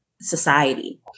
Society